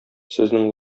сезнең